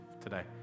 today